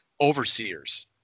overseers